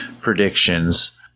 predictions